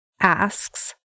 asks